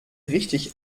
richtig